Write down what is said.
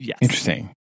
Interesting